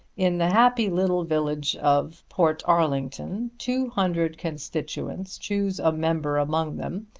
in the happy little village of portarlington two hundred constituents choose a member among them,